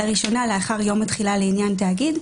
לראשונה לאחר יום התחילה לעניין תאגיד,